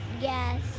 Yes